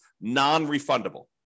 non-refundable